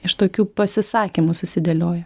iš tokių pasisakymų susidėliojo